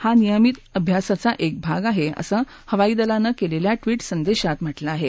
हा नियमित अभ्यासाचा एक भाग आहे असं हवाईदलानं केलेल्या ट्विट संदेशात म्हटलं आहे